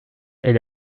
est